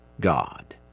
God